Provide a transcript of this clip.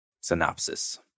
synopsis